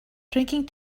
drinking